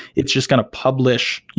it's just going to publish,